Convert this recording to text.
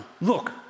Look